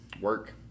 work